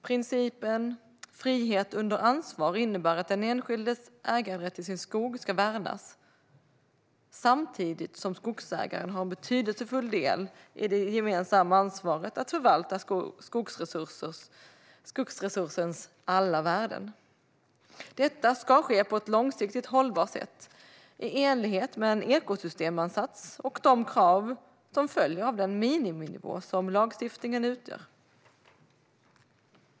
Principen om frihet under ansvar innebär att den enskildes äganderätt till sin skog ska värnas samtidigt som skogsägaren har en betydelsefull del i det gemensamma ansvaret att förvalta skogsresursens alla värden. Detta ska ske på ett långsiktigt hållbart sätt i enlighet med ekosystemansatsen och de krav som följer av den miniminivå som lagstiftningen utgör.